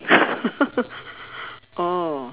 oh